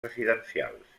residencials